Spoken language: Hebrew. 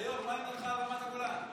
היו"ר, מה עמדתך על רמת הגולן?